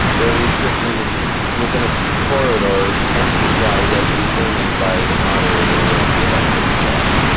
there are restrictions within a corridor ten feet wide as determined by the moderator where the election is held.